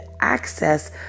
access